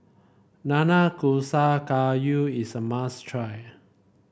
Nanakusa Gayu is a must try